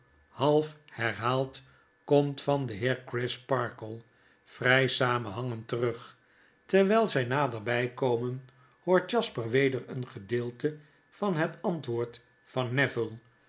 half herhaald komt van den heer crisparkle vry samenhangend terug terwijl zy naderby komen hoort jasper weder een gedeelte van het antwoord van